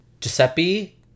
Giuseppe